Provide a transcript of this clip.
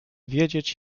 wiedzieć